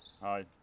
Hi